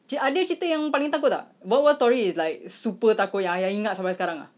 ce~ ada cerita yang paling takut tak wha~ what story is like super takut yang ayah ingat sampai sekarang ah